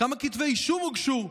כמה כתבי אישום הוגשו?